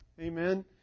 Amen